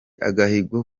agahigo